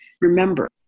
remember